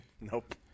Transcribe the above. Nope